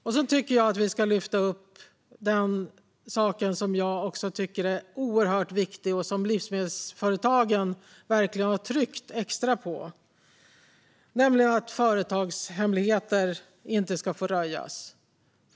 Sedan tycker jag att vi ska lyfta upp en sak som jag tycker är oerhört viktig och som livsmedelsföretagen har tryckt extra på, nämligen att företagshemligheter inte ska få röjas.